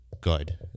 good